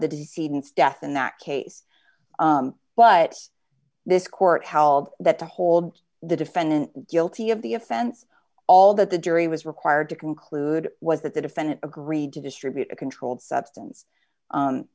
death in that case but this court held that to hold the defendant guilty of the offense all that the jury was required to conclude was that the defendant agreed to distribute a controlled substance